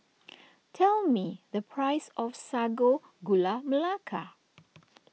tell me the price of Sago Gula Melaka